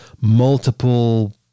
multiple